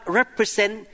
represent